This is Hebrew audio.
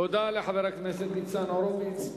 תודה לחבר הכנסת ניצן הורוביץ.